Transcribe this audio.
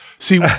See